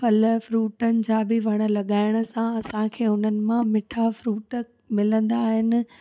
फल फ्रूटनि जा बि वण लॻाइण सां असांखे हुननि मां मिठा फ्रूट मिलंदा आहिनि